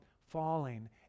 falling